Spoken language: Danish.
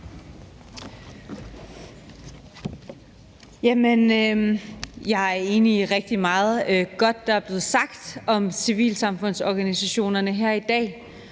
Jeg er enig i det rigtig meget gode, der er blevet sagt om civilsamfundsorganisationerne her i dag.